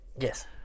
Yes